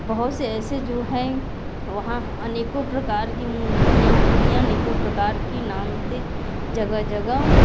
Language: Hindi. बहुत से ऐसे जो हैं वहाँ अनेकों प्रकार की मूर्तियाँ होती है अनेकों प्रकार की नाम से जगह जगह